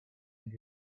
and